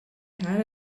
had